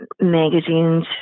magazines